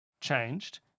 changed